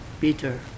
Peter